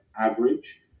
average